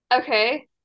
Okay